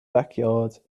backyard